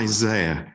Isaiah